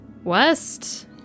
West